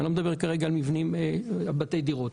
אני לא מדבר כרגע על בתי דירות.